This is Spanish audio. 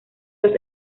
los